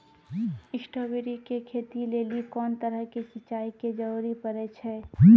Strawberry के खेती लेली कोंन तरह के सिंचाई के जरूरी पड़े छै?